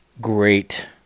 great